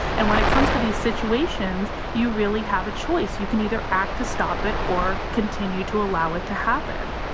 and when it comes to these situations, you really have a choice, you can either act to stop it or continue to allow it to happen.